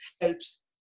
helps